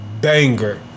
banger